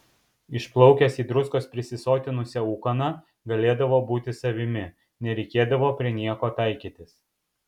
išplaukęs į druskos prisisotinusią ūkaną galėdavo būti savimi nereikėdavo prie nieko taikytis